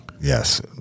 Yes